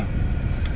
ah